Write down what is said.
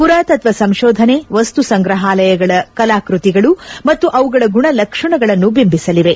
ಪುರಾತತ್ವ ಸಂಶೋಧನೆ ವಸ್ತು ಸಂಗ್ರಹಾಲಯಗಳ ಕಲಾಕೃತಿಗಳು ಮತ್ತು ಅವುಗಳ ಗುಣಲಕ್ಷಣಗಳನ್ನು ಬಿಂಬಿಸಲಿವೆ